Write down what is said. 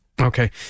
Okay